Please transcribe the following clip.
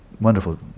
wonderful